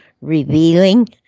revealing